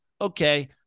okay